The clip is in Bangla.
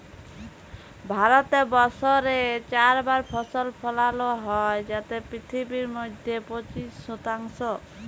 ভারতে বসরে চার বার ফসল ফলালো হ্যয় যাতে পিথিবীর মইধ্যে পঁচিশ শতাংশ